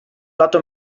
lato